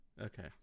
Okay